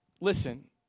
listen